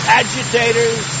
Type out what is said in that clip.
agitators